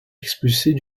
expulsés